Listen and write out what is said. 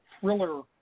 thriller